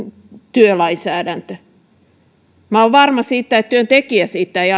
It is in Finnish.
työlainsäädäntö minä olen varma siitä että työntekijä siitä ei